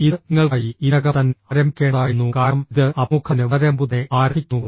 ഇത് നിങ്ങൾക്കായി ഇതിനകം തന്നെ ആരംഭിക്കേണ്ടതായിരുന്നു കാരണം ഇത് അഭിമുഖത്തിന് വളരെ മുമ്പുതന്നെ ആരംഭിക്കുന്നു